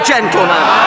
Gentleman